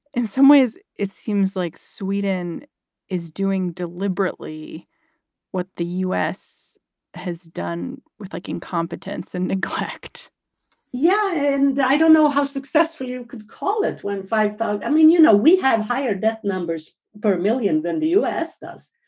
in some ways, it seems like sweden is doing deliberately what the us has done with like incompetence and neglect yeah, and i don't know how successful you could call it when five-fold. i mean, you know, we have higher death numbers per million than the us does.